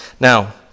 Now